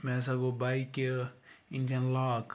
مےٚ ہَسا گوٚو بایِکہِ اِنٛجَن لاک